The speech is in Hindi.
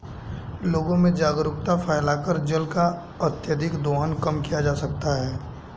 लोगों में जागरूकता फैलाकर जल का अत्यधिक दोहन कम किया जा सकता है